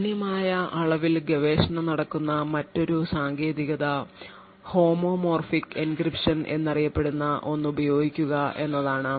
ഗണ്യമായ അളവിൽ ഗവേഷണം നടക്കുന്ന മറ്റൊരു സാങ്കേതികത ഹോമോമോർഫിക് എൻക്രിപ്ഷൻ എന്നറിയപ്പെടുന്ന ഒന്ന് ഉപയോഗിക്കുക എന്നതാണ്